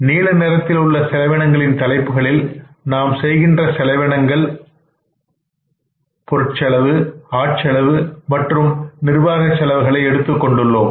நீல நிறத்தில் உள்ள செலவினங்களின் தலைப்புக்களில் நாம் செய்கின்ற செலவினங்கள் ஆகிய பொருட்செலவு ஆட் செலவு மற்றும் நிர்வாகச் செலவுகளை எடுத்துக் கொண்டுள்ளோம்